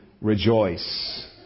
rejoice